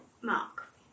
Mark